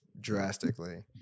drastically